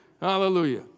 Hallelujah